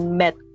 met